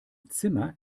zimmer